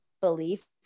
beliefs